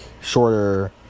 shorter